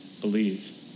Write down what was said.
believe